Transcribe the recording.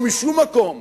או משום מקום?